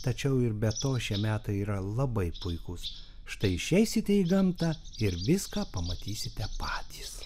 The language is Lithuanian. tačiau ir be to šie metai yra labai puikus štai išeisite į gamtą ir viską pamatysite patys